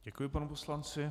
Děkuji panu poslanci.